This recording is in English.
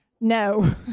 No